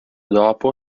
dopo